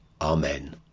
Amen